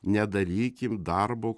nedarykim darbo